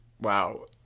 Wow